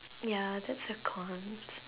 ya that's a cons